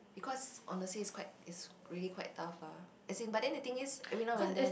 because honestly it's quite it's really quite tough ah as in but then the thing is every now and then